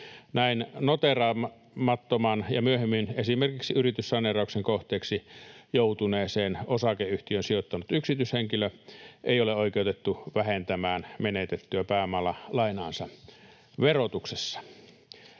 Näin noteeraamattomaan ja myöhemmin esimerkiksi yrityssaneerauksen kohteeksi joutuneeseen osakeyhtiöön sijoittanut yksityishenkilö ei ole oikeutettu vähentämään menetettyä pääomalainaansa verotuksessa.